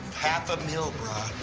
half a mil, brah.